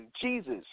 Jesus